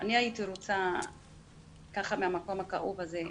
--- הייתי רוצה מהמקום הכאוב הזה לבקש,